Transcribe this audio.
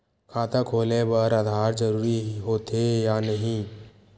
खाता खोले बार आधार जरूरी हो थे या नहीं?